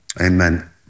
Amen